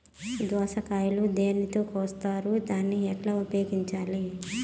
దోస కాయలు దేనితో కోస్తారు దాన్ని ఎట్లా ఉపయోగించాలి?